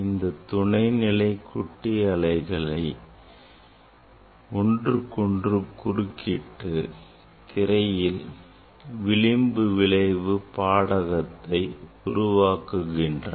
இந்த துணைநிலை கூட்டி அலைகள் ஒன்றுக்கொன்று குறுக்கிட்டு திரையில் விளிம்பு விளைவு பாடகத்தை உருவாக்குகின்றன